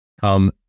come